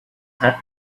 had